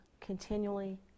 continually